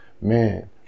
man